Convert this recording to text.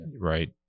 right